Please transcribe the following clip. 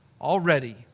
already